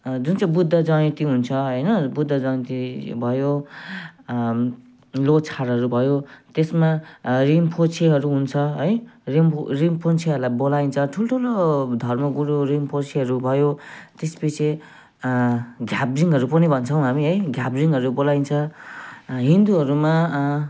जुन चाहिँ बुद्धजयन्ती हुन्छ होइन बुद्धजयन्ती भयो लोछारहरू भयो त्यसमा रिम्पोछेहरू हुन्छ है रिम्पो रिम्पोछेहरूलाई बोलाइन्छ ठुल्ठुलो धर्मगुरुहरू रिम्पोछेहरू भयो त्यसपछि घ्याब्रिङहरू पनि भन्छौँ हामी है घ्याब्रिङहरू बोलाइन्छ हिन्दूहरूमा अँ